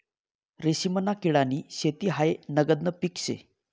रेशीमना किडानी शेती हायी नगदनं पीक शे